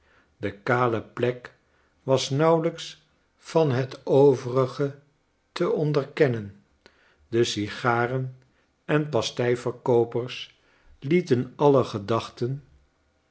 de kale plek wasnauwelijks van het overige te onderkennen de sigaren en pasteiverkoopers lieten alle gedachten